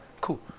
Cool